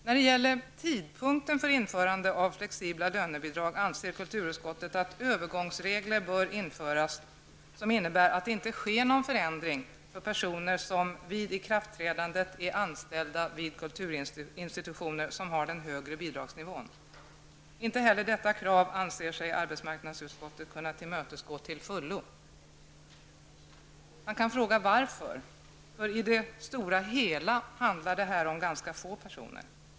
När det gäller tidpunkten för införande av flexibla lönebidrag anser kulturutskottet att övergångsregler bör införas, som innebär att det inte sker någon förändring för personer som vid ikraftträdandet är anställda vid kulturinstitutioner som har den högre bidragsnivån. Inte heller detta krav anser sig arbetsmarknadsutskottet kunna tillmötesgå till fullo. Man kan fråga sig varför. I det stora hela handlar det om ganska få personer.